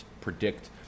predict